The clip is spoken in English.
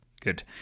Good